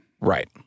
Right